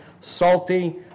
salty